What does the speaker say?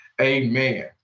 amen